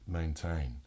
maintain